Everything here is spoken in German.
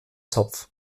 zopf